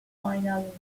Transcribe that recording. final